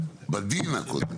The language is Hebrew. בדין הקודם,